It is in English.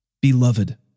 beloved